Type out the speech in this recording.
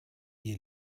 die